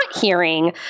hearing